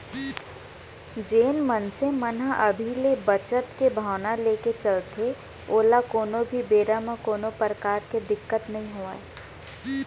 जेन मनसे मन ह अभी ले बचत के भावना लेके चलथे ओला कोनो भी बेरा म कोनो परकार के दिक्कत नइ होवय